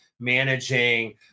managing